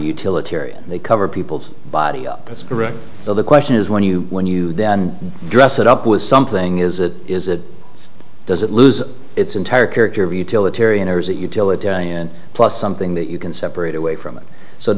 utilitarian they cover people's body that's correct so the question is when you when you dress it up with something is it is it does it lose its entire character of utilitarian or is it utility plus something that you can separate away from it so